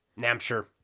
Nampshire